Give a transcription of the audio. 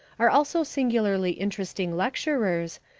are also singularly interesting lecturers,